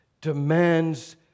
demands